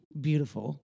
beautiful